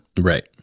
Right